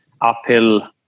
uphill